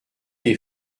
les